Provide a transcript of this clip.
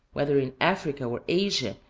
whether in africa or asia,